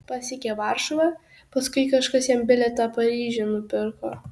pasiekė varšuvą paskui kažkas jam bilietą paryžiun nupirko